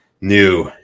new